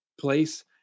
place